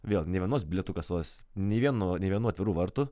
vėl nė vienos bilietų kasos nė vienų nė vienų atvirų vartų